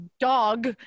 dog